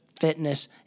fitness